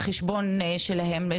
איך זה אפליקציה?